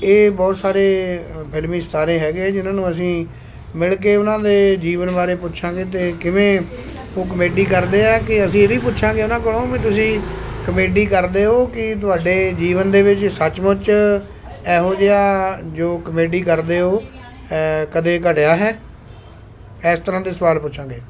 ਇਹ ਬਹੁਤ ਸਾਰੇ ਫ਼ਿਲਮੀ ਸਿਤਾਰੇ ਹੈਗੇ ਜਿਨ੍ਹਾਂ ਨੂੰ ਅਸੀਂ ਮਿਲ ਕੇ ਉਹਨਾਂ ਦੇ ਜੀਵਨ ਬਾਰੇ ਪੁੱਛਾਂਗੇ ਅਤੇ ਕਿਵੇਂ ਉਹ ਕਮੇਡੀ ਕਰਦੇ ਆ ਕਿ ਅਸੀਂ ਇਹ ਵੀ ਪੁੱਛਾਂਗੇ ਉਹਨਾਂ ਕੋਲੋਂ ਵੀ ਤੁਸੀਂ ਕਮੇਡੀ ਕਰਦੇ ਹੋ ਕਿ ਤੁਹਾਡੇ ਜੀਵਨ ਦੇ ਵਿੱਚ ਸੱਚ ਮੁੱਚ ਇਹੋ ਜਿਹਾ ਜੋ ਕਮੇਡੀ ਕਰਦੇ ਹੋ ਕਦੇ ਘਟਿਆ ਹੈ ਇਸ ਤਰ੍ਹਾਂ ਦੇ ਸਵਾਲ ਪੁੱਛਾਂਗੇ